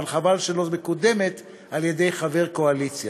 אבל חבל שהיא לא מקודמת על-ידי חבר קואליציה.